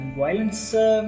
violence